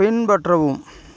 பின்பற்றவும்